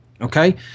Okay